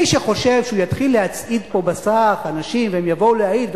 מי שחושב שהוא יתחיל להצעיד פה בסך אנשים והם יבואו להעיד,